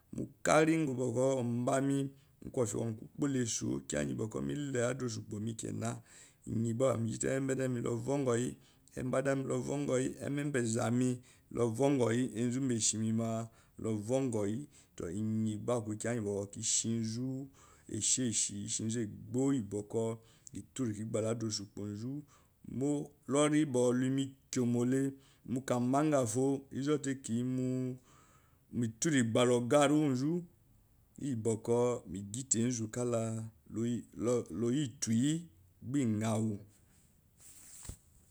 Mu kari ngáá bokou onbane kofie kongou kukpole sou iye gba ba megite eme me luvongou hi ememba adenye lovongohi enzu mbeshimee ma luvongo hi toɔ iyen gba aku kiya ngi bokou ishinzu esheshi ishinzu kiaru kigba la ada osukpo zu mo luri ba luyi mequomole mukanba ga foo izute kiyim turu gbala ogariu onzu iyi bokou megite enzuka layito yi gba yawu